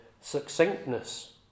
succinctness